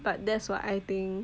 but that's what I think